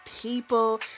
people